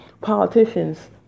politicians